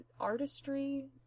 artistry